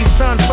son